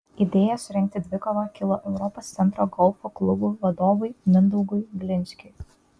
idėja surengti dvikovą kilo europos centro golfo klubo vadovui mindaugui glinskiui